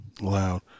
Loud